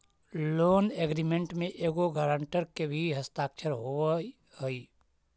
loan agreement में एगो guarantor के भी हस्ताक्षर होवऽ हई